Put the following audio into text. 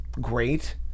great